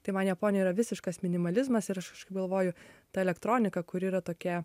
tai man japonija yra visiškas minimalizmas ir aš kašaip galvoju ta elektronika kuri yra tokia